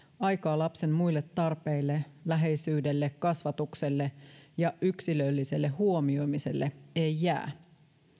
aikaa lapsen muille tarpeille läheisyydelle kasvatukselle ja yksilölliselle huomioimiselle ei jää